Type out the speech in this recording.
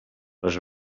les